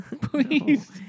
Please